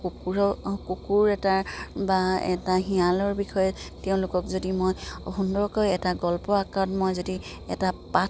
কুকুৰৰ কুকুৰ এটা বা এটা শিয়ালৰ বিষয়ে তেওঁলোকক যদি মই সুন্দৰকৈ এটা গল্প আকাৰত মই যদি এটা পাঠ